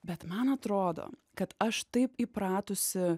bet man atrodo kad aš taip įpratusi